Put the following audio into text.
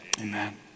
Amen